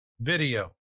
video